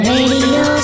Radio